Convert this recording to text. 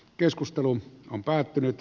keskustelun on päättynyt